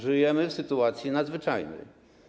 Żyjemy w sytuacji nadzwyczajnej.